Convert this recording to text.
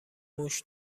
موش